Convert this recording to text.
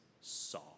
saw